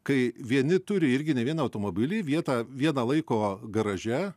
kai vieni turi irgi ne vieną automobilį vietą vieną laiko garaže